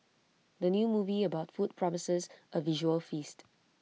the new movie about food promises A visual feast